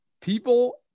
people